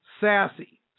sassy